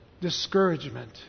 discouragement